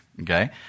okay